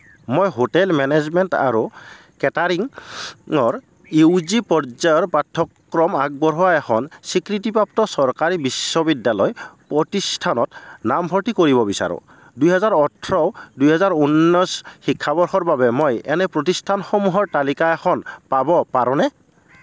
মই hotel management আৰু কেটাৰিঙৰ ইউ জি পৰ্য্য়ায়ৰ পাঠ্যক্ৰম আগবঢ়োৱা এখন স্বীকৃতিপ্ৰাপ্ত চৰকাৰী বিশ্ববিদ্যালয় প্ৰতিষ্ঠানত নামভৰ্তি কৰিব বিচাৰোঁ দুই হাজাৰ ওঠৰ দুই হাজাৰ ঊনৈশ শিক্ষাবৰ্ষৰ বাবে মই এনে প্ৰতিষ্ঠানসমূহৰ তালিকা এখন পাব পাৰোঁনে